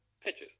pitches